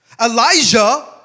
Elijah